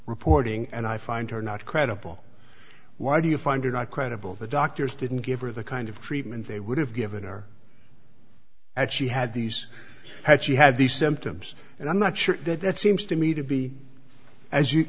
reporting and i find her not credible why do you find you're not credible the doctors didn't give her the kind of treatment they would have given her that she had these had she had these symptoms and i'm not sure that that seems to me to be as you